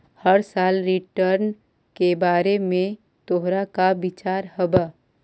हर साल रिटर्न के बारे में तोहर का विचार हवऽ?